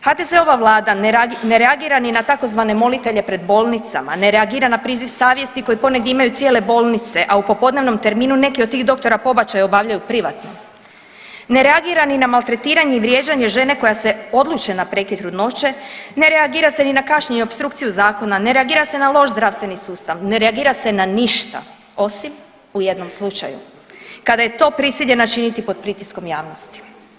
HDZ-ova vlada ne reagira ni na tzv. molitelje pred bolnicama, ne reagira na priziv savjest koji ponegdje imaju cijele bolnice, a u popodnevnom terminu neke od tih doktora pobačaje obavljaju privatno, ne reagira ni na maltretiranje i vrijeđanje žene koja se odluče na prekid trudnoće, ne reagira se ni na kašnjenje i opstrukciju zakona, ne reagira se na loš zdravstveni sustav, ne reagira se na ništa osim u jednom slučaju kada je to prisiljena činiti pod pritiskom javnosti.